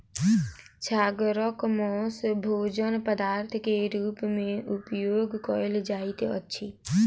छागरक मौस भोजन पदार्थ के रूप में उपयोग कयल जाइत अछि